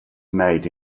made